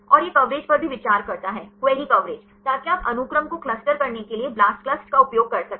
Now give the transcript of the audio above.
और यह कवरेज पर भी विचार करता है क्वेरी कवरेज ताकि आप अनुक्रम को क्लस्टर करने के लिए ब्लास्टक्लस्ट का उपयोग कर सकें